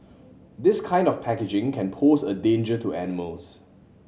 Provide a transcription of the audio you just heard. this kind of packaging can pose a danger to animals